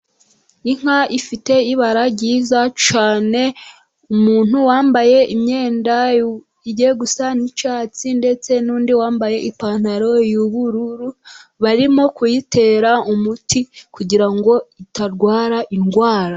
Inka ifite ibara ryiza cyane, umuntu wambaye imyenda yenda gusa n'icyatsi, ndetse n'undi wambaye ipantaro y'ubururu. Barimo kuyitera umuti kugira ngo itarwara indwara.